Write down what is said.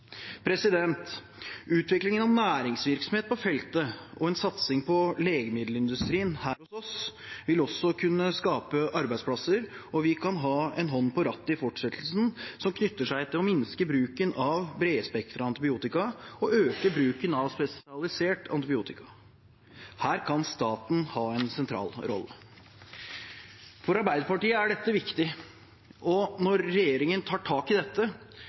av næringsvirksomhet på feltet og en satsing på legemiddelindustrien her hos oss vil også kunne skape arbeidsplasser, og vi kan ha en hånd på rattet i fortsettelsen knyttet til å minske bruken av bredspektret antibiotika og øke bruken av spesialisert antibiotika. Her kan staten ha en sentral rolle. For Arbeiderpartiet er dette viktig. Når regjeringen tar tak i dette,